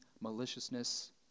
maliciousness